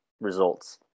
results